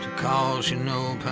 cause you no